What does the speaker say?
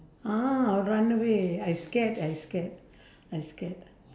ah I'll run away I scared I scared I scared